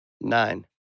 Nine